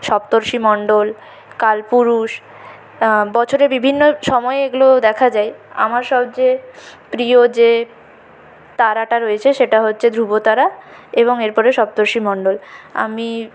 সপ্তর্ষিমণ্ডল কালপুরুষ বছরে বিভিন্ন সময়ে এগুলো দেখা যায় আমার সবচেয়ে প্রিয় যে তারাটা রয়েছে সেটা হছে ধ্রুবতারা এবং এরপরে সপ্তর্ষিমণ্ডল আমি